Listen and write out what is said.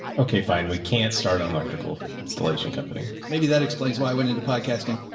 okay, fine. we can't start an electrical installation company. maybe that explains why i went into podcasting.